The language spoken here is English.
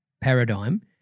paradigm